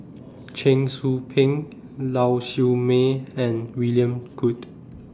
Cheong Soo Pieng Lau Siew Mei and William Goode